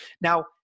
Now